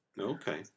Okay